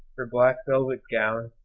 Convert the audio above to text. her black velvet gown,